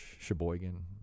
Sheboygan